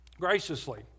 graciously